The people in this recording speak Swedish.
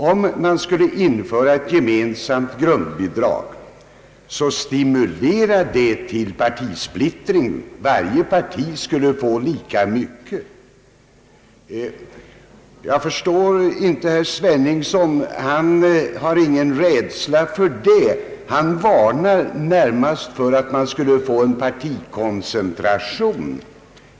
Om man skulle införa ett gemensamt grundbidrag så att varje parti får lika mycket, stimulerar det till partisplittring. Jag förstår inte herr Sveningsson. Han har ingen rädsla för det och varnar närmast för att man skulle få en partikoncentration.